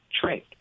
trade